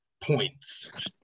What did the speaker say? points